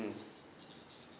mm